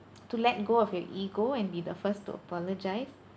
to let go of your ego and be the first to apologise